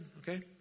okay